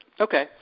Okay